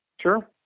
Sure